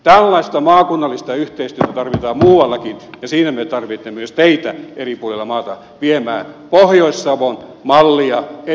tällaista maakunnallista yhteistyötä tarvitaan muuallakin ja siinä me tarvitsemme myös teitä eri puolilla maata viemään pohjois savon mallia eteenpäin